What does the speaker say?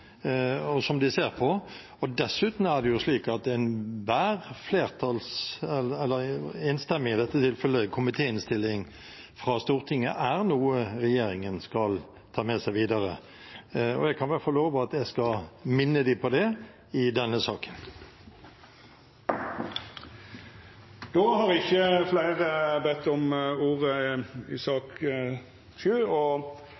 og som de ser på. Dessuten er det jo slik at enhver komitéinnstilling – i dette tilfellet enstemmig – fra Stortinget er noe regjeringen skal ta med seg videre, og jeg kan i hvert fall love at jeg skal minne dem på det i denne saken. Fleire har ikkje bedt om ordet til sak nr. 7. Kvar einaste dag vert me om lag 219 000 fleire innbyggjarar i